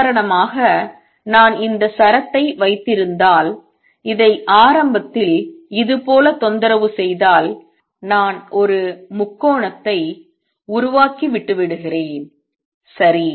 உதாரணமாக நான் இந்த சரத்தை வைத்திருந்தால் இதை ஆரம்பத்தில் இதுபோல தொந்தரவு செய்தால் நான் ஒரு முக்கோணத்தை உருவாக்கி விட்டு விடுகிறேன் சரி